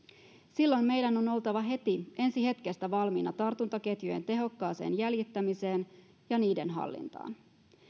silloin meidän on oltava heti ensi hetkestä valmiina tartuntaketjujen tehokkaaseen jäljittämiseen ja niiden hallintaan